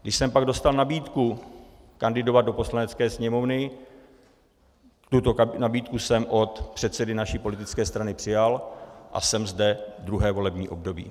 Když jsem pak dostal nabídku kandidovat do Poslanecké sněmovny, tuto nabídku jsem od předsedy naší politické strany přijal a jsem zde druhé volební období.